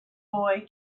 boy